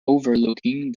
overlooking